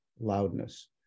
loudness